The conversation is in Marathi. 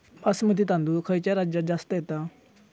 बासमती तांदूळ खयच्या राज्यात जास्त येता?